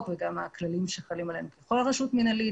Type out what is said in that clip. וגם לכללים שחלים עלינו ככל רשות מנהלית,